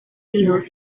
hijos